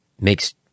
makes